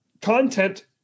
content